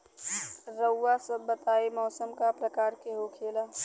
रउआ सभ बताई मौसम क प्रकार के होखेला?